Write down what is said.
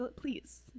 please